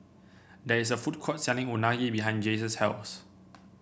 there is a food court selling Unagi behind Jace's house